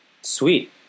sweet